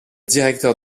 directeur